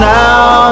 now